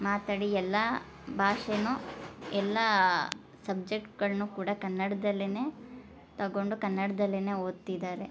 ಮಾತಾಡಿ ಎಲ್ಲ ಭಾಷೆನೂ ಎಲ್ಲ ಸಬ್ಜೆಕ್ಟ್ಗಳನ್ನೂ ಕೂಡ ಕನ್ನಡ್ದಲ್ಲೇ ತಗೊಂಡು ಕನ್ನಡ್ದಲ್ಲೇ ಓದ್ತಿದ್ದಾರೆ